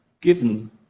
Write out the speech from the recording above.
given